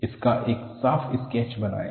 इसका एक साफ स्केच बनाएं